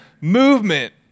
movement